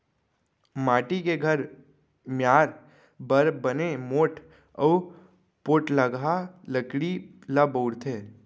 माटी के घर मियार बर बने मोठ अउ पोठलगहा लकड़ी ल बउरथे